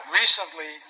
recently